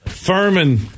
Furman